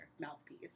mouthpiece